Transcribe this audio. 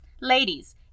Ladies